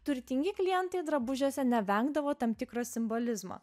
turtingi klientai drabužiuose nevengdavo tam tikro simbolizmo